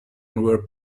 were